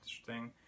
interesting